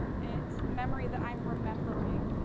it's memory that i'm remembering.